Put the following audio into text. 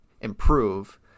improve